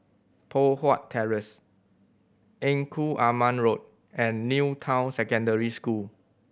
Poh Huat Terrace Engku Aman Road and New Town Secondary School